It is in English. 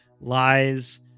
lies